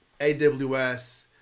AWS